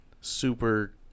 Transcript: super